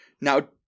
Now